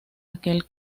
aquel